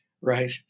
Right